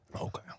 Okay